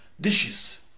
dishes